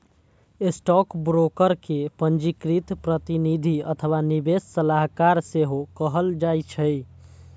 stockbroker कें पंजीकृत प्रतिनिधि अथवा निवेश सलाहकार सेहो कहल जाइ छै